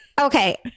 Okay